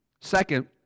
Second